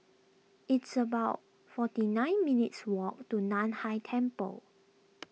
it's about forty nine minutes' walk to Nan Hai Temple